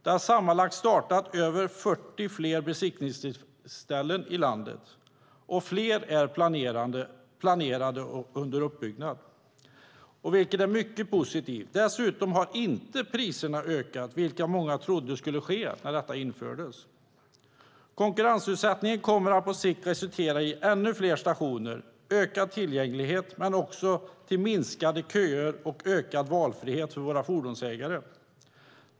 Det har sammanlagt startats över 40 fler besiktningsställen i landet och fler är planerade och under uppbyggnad, vilket är mycket positivt. Dessutom har inte priserna ökat, vilket många trodde skulle ske när detta infördes. Konkurrensutsättningen kommer att på sikt resultera i ännu fler stationer, ökad tillgänglighet samt till minskade köer och ökad valfrihet för våra fordonsägare.